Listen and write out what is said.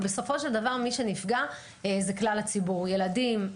ובסופו של דבר מי שנפגע זה כלל הציבור: ילדים,